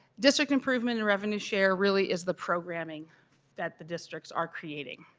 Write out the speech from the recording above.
district improvement and revenue share really is the programming that the districts are creating.